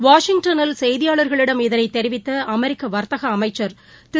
வாஷிங்டனில் செய்தியாளர்களிடம் இதனைத் தெரிவித்தஅமெரிக்கவர்த்தகஅமைச்சர் திரு